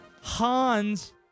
Hans